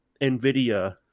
nvidia